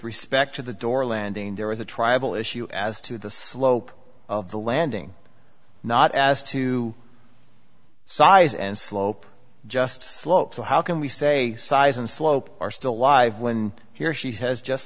respect to the door landing there was a tribal issue as to the slope of the landing not as to size and slope just slope so how can we say size and slope are still alive when he or she has just